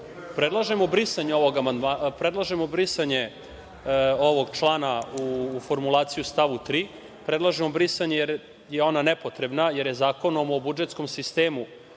Predlažemo brisanje ovog člana u formulaciji u stavu 3. Predlažemo brisanje jer je ona nepotrebna, jer je Zakonom o budžetskom sistemu